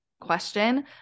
question